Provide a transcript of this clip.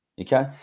okay